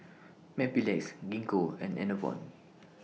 Mepilex Gingko and Enervon